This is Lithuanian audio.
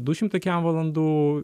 du šimtai kem valandų